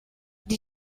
did